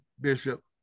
Bishop